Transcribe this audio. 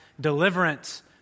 deliverance